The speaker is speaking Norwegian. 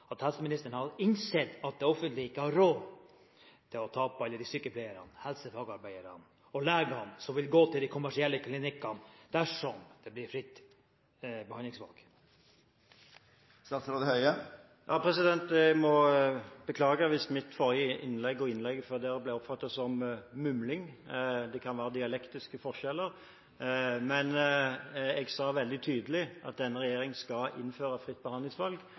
at helseministeren har innsett at det offentlige ikke har råd til å tape alle de sykepleierne, helsefagarbeiderne og legene som vil gå til de kommersielle klinikkene dersom det blir fritt behandlingsvalg? Jeg må beklage hvis mitt forrige innlegg og innlegget før det ble oppfattet som mumling. Det kan skyldes dialektiske forskjeller. Men jeg sa veldig tydelig at denne regjeringen skal innføre fritt behandlingsvalg.